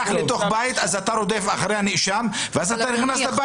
אז אתה רודף אחרי הנאשם ואתה נכנס לבית.